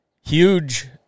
huge